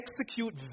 execute